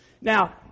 Now